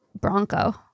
bronco